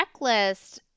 checklist